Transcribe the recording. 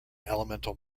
elemental